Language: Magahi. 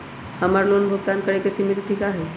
हमर लोन भुगतान करे के सिमित तिथि का हई?